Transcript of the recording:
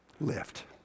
Lift